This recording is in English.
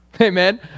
Amen